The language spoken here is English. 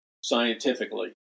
scientifically